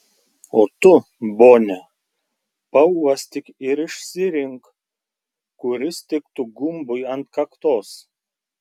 o tu bone pauostyk ir išsirink kuris tiktų gumbui ant kaktos